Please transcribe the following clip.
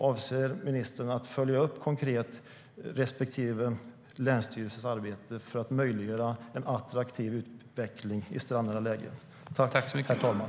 Avser ministern att konkret följa upp respektive länsstyrelses arbete för att möjliggöra attraktiv utveckling i strandnära lägen?